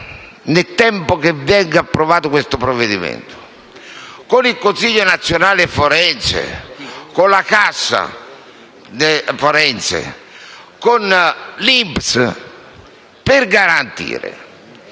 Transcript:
nel tempo dell'approvazione del provvedimento, con il Consiglio nazionale forense, con la Cassa forense e con l'INPS, per garantire